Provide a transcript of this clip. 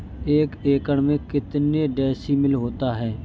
एक एकड़ में कितने डिसमिल होता है?